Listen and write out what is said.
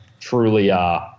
truly